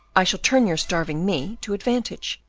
i shall turn your starving me to advantage,